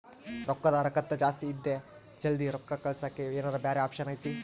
ರೊಕ್ಕದ ಹರಕತ್ತ ಜಾಸ್ತಿ ಇದೆ ಜಲ್ದಿ ರೊಕ್ಕ ಕಳಸಕ್ಕೆ ಏನಾರ ಬ್ಯಾರೆ ಆಪ್ಷನ್ ಐತಿ?